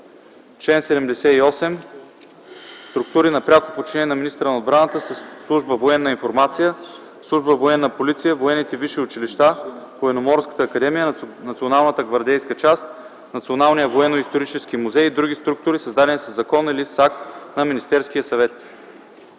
„Чл. 78. Структури на пряко подчинение на министъра на отбраната са служба „Военна информация”, служба „Военна полиция”, висшите военни училища, Военноморската академия, Националната гвардейска част, Националният военноисторически музей и други структури, създадени със закон или с акт на Министерския съвет.”